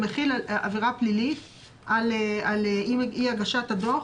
זה מחיל עבירה פלילית על אי הגשת הדוח.